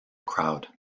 crowd